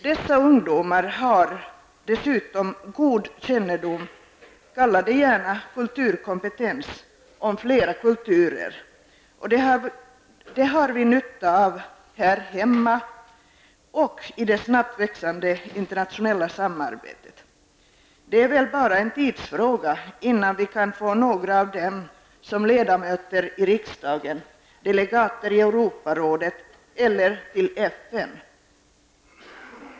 Dessa ungdomar har dessutom god kännedom -- kalla det gärna kulturkompetens -- om flera kulturer, och det har vi nytta av här hemma och i det snabbt växande internationella samarbetet. Det är väl bara en tidsfråga innan vi kan få några av dem som ledamöter i riksdagen, delegater i Europarådet eller i FN.